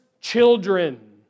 children